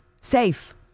Safe